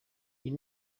iyi